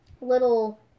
little